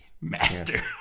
master